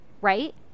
Right